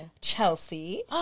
Chelsea